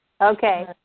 Okay